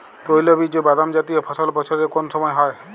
তৈলবীজ ও বাদামজাতীয় ফসল বছরের কোন সময় হয়?